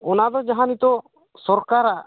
ᱚᱱᱟᱫᱚ ᱡᱟᱦᱟᱸ ᱱᱤᱛᱚᱜ ᱥᱚᱨᱠᱟᱨᱟᱜ